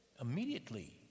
Immediately